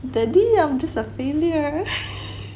daddy I'm just a failure